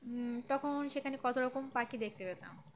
তখন সেখানে কত রকম পাখি দেখতে পেতাম